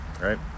right